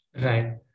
right